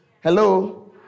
Hello